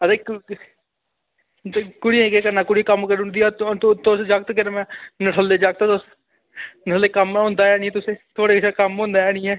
हां ते क क कुड़ियें ई केह् करना कुड़ियां कम्म करी ओड़दियां तु तु तुस जागत केह् त में निट्ठले जागत ओ तुस निट्ठले कम्म होंदा ऐ निं तुसें थुआढ़े कशा कम्म होंदा है निं ऐ